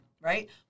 right